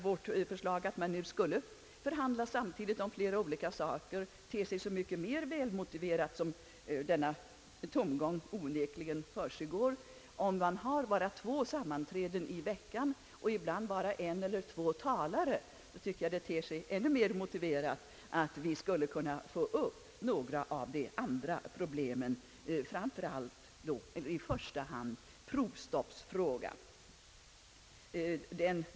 Vårt förslag att man skulle förhandla samtidigt om flera olika avtal ter sig så mycket mer välmotiverat, som denna tomgång onekligen försiggår. Om man i Genéve har bara två sammanträden i veckan och ibland bara en eller två talare, ter det sig ännu mera motiverat att få upp några av de andra problemen, i första hand då provstoppsfrågan.